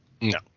No